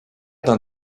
d’un